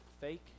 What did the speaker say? fake